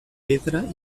pedra